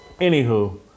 anywho